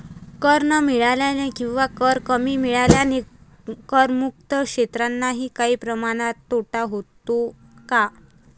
कर न मिळाल्याने किंवा कर कमी मिळाल्याने करमुक्त क्षेत्रांनाही काही प्रमाणात तोटा होतो का?